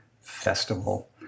festival